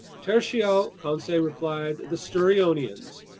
tertio, conseil replied, the sturionians,